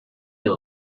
them